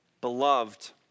beloved